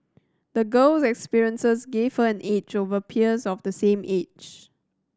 the girl experiences gave her an edge over peers of the same age